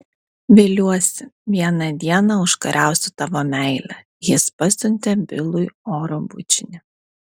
viliuosi vieną dieną užkariausiu tavo meilę jis pasiuntė bilui oro bučinį